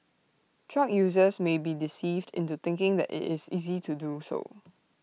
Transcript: drug users might be deceived into thinking that IT is easy to do so